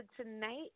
tonight